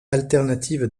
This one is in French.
alternative